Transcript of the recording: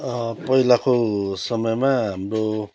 पहिलाको समयमा हाम्रो